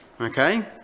okay